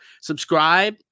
subscribe